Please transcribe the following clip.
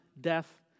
death